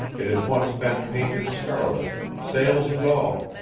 it had once been painted scarlet, sails and all,